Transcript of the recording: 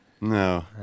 No